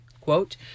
quote